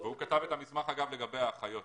הוא כתב את המסמך לגבי האחיות.